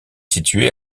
situé